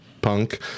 punk